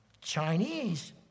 Chinese